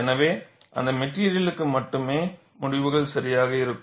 எனவே அந்த மெட்டிரியலுக்கு மட்டுமே முடிவுகள் சரியாக இருக்கும்